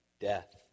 Death